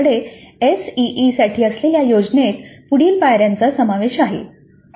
तर आपल्याकडे एसईई साठी असलेल्या योजनेत पुढील पायऱ्यांचा समावेश आहे